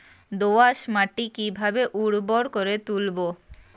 দোয়াস মাটি কিভাবে উর্বর করে তুলবো?